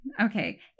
Okay